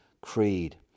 creed